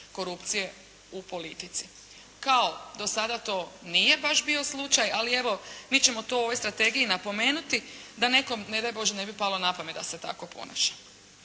korupcije u politici. Kao do sada to nije baš bio slučaj, ali evo mi ćemo to u ovoj strategiji napomenuti da nekom ne daj Bože ne bi palo na pamet da se tako ponaša.